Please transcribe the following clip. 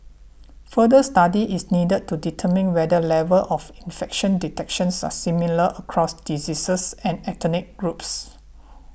further study is needed to determine whether levels of infection detections are similar across diseases and ethnic groups